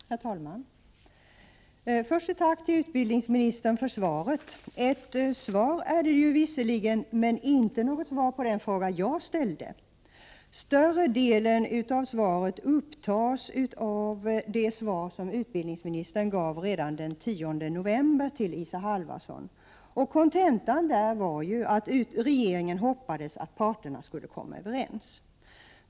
Herr talman! Först ett tack till utbildningsministern för svaret. Ett svar är det ju visserligen, men inte något svar på den fråga jag ställde. Större delen av svaret upptas av det svar utbildningsministern gav redan den 10 november till Isa Halvarsson, och kontentan där var att regeringen hoppades att parterna skulle komma överens.